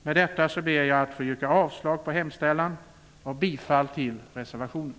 Med detta ber jag att få yrka avslag på utskottets hemställan och bifall till reservationen.